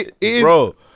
Bro